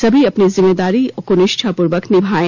सभी अपनी जिम्मेदारी को निष्ठापूर्वक निभाएं